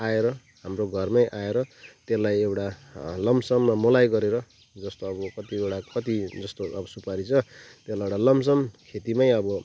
आएर हाम्रो घरमै आएर त्यसलाई एउटा लमसममा मोलाइ गरेर जस्तो अब कतिवटा कति जस्तो अब सुपारी छ त्यसलाई एउटा लमसम खेतीमै अब